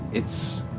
it's.